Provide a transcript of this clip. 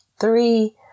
Three